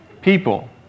people